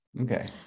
Okay